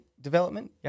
development